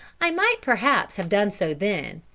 i might perhaps have done so then,